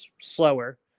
slower